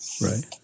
Right